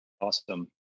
awesome